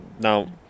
now